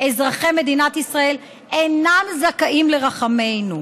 אזרחי מדינת ישראל אינם זכאים לרחמינו.